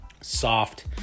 soft